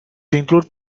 included